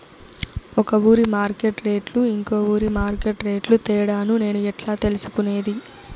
ఒక ఊరి మార్కెట్ రేట్లు ఇంకో ఊరి మార్కెట్ రేట్లు తేడాను నేను ఎట్లా తెలుసుకునేది?